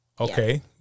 Okay